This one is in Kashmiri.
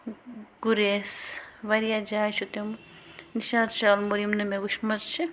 گُریس واریاہ جایہِ چھِ تِم نِشاط شالہٕ مور یِم نہٕ مےٚ وٕچھمٔژ چھِ